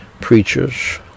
preachers